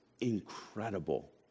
incredible